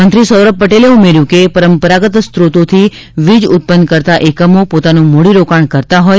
મંત્રી સૌરભ પટેલે ઉમેર્યું હતું કે પરંપરાગત સ્ત્રોતોથી વીજ ઉત્પન કરતા એકમો પોતાનું મૂડી રોકાણ કરતા હોઈ